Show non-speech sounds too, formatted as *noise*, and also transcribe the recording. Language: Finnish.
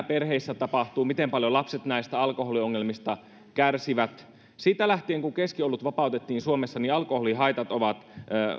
*unintelligible* perheissä tapahtuu miten paljon lapset näistä alkoholiongelmista kärsivät siitä lähtien kun keskiolut vapautettiin suomessa alkoholin haitat ovat